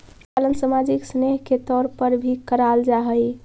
पशुपालन सामाजिक स्नेह के तौर पर भी कराल जा हई